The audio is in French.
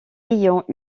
ayant